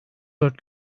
dört